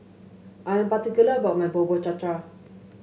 I am particular about my Bubur Cha Cha